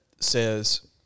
says